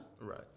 Right